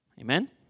Amen